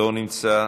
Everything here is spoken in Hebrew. לא נמצא,